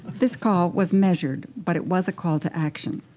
this call was measured, but it was a call to action.